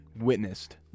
witnessed